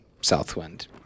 Southwind